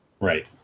Right